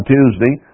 Tuesday